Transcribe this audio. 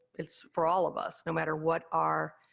it's, for all of us, no matter what our